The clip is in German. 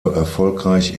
erfolgreich